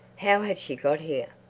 how had she got here?